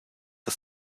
des